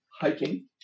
hiking